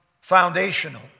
foundational